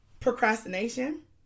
procrastination